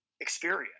experience